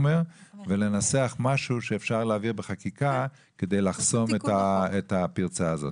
לנסח משהו שאפשר להעביר בחקיקה כדי לחסום את הפרצה הזאת.